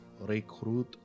recruit